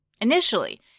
Initially